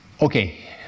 Okay